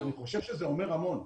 זה אומר המון.